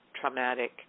Traumatic